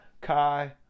Kai